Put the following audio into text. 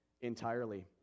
entirely